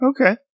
okay